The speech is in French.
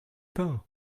pain